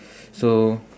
so